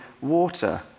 water